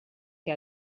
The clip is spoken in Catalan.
que